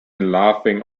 laughing